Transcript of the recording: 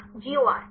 छात्र GOR